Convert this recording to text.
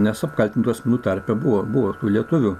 nes apkaltintų asmenų tarpe buvo buvo ir tų lietuvių